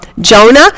Jonah